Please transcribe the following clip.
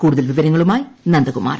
കൂടുതൽ വിവരങ്ങളുമായി നന്ദകുമാർ